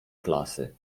klasy